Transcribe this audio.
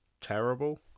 terrible